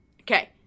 Okay